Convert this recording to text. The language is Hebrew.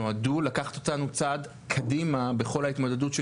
נועדו לקחת אותנו צעד קדימה בכל ההתמודדות של